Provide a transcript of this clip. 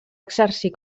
exercir